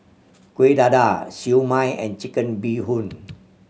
Kuih Dadar Siew Mai and Chicken Bee Hoon